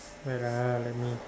wait lah let me